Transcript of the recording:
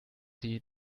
sie